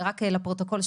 רק שם לפרוטוקול.